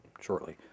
shortly